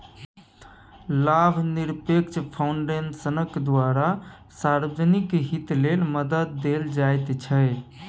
लाभनिरपेक्ष फाउन्डेशनक द्वारा सार्वजनिक हित लेल मदद देल जाइत छै